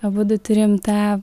abudu turim tą